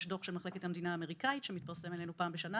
יש דוח של מחלקת המדינה האמריקאית שמתפרסם עלינו פעם בשנה.